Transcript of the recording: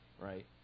right